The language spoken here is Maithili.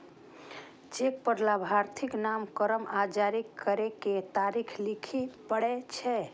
चेक पर लाभार्थीक नाम, रकम आ जारी करै के तारीख लिखय पड़ै छै